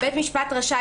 "(ד)(1)בית המשפט רשאי,